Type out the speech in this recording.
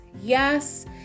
Yes